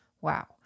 Wow